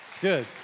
Good